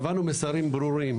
העברנו מסרים ברורים.